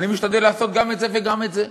אני משתדל לעשות גם את זה וגם את זה,